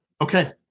okay